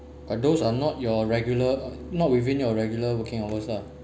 but those are not your regular not within your regular working hours lah